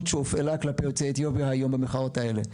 שהופעלה כלפי יוצאי אתיופיה היום במחאות האלה.